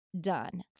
done